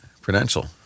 Prudential